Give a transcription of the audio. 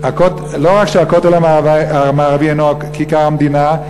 לא רק שהכותל המערבי אינו כיכר-המדינה,